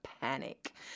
panic